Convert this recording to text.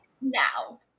Now